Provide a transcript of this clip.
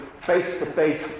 face-to-face